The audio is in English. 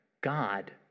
God